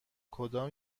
کدام